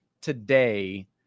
today